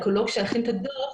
האקולוג שהכין את הדוח,